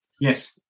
Yes